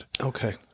Okay